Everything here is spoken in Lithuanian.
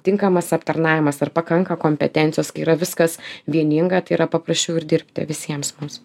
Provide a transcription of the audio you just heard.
tinkamas aptarnavimas ar pakanka kompetencijos yra viskas vieninga tai yra paprasčiau ir dirbti visiems mums